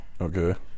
Okay